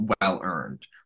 well-earned